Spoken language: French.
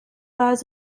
pas